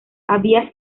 había